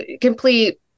complete